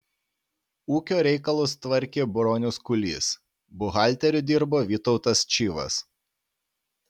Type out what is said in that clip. ūkio reikalus tvarkė bronius kūlys buhalteriu dirbo vytautas čyvas